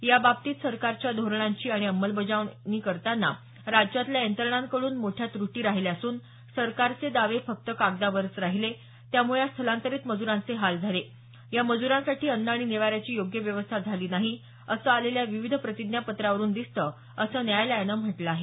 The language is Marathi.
याबाबतीत सरकारच्या धोरणांची आणि अंमलबाजावणी करताना राज्यातल्या यंत्रणांकडून मोठ्या त्रुटी राहिल्या असून सरकारचे दावे फक्त कागदावरच राहिले त्यामुळे या स्थलांतरित मजुरांचे हाल झाले या मजुरांसाठी अन्न आणि निवाऱ्याची योग्य व्यवस्था झाली नाही असं आलेल्या विविध प्रतिज्ञापत्रांवरुन दिसतं असं न्यायालयान म्हटलं आहे